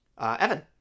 Evan